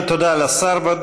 תודה לשר.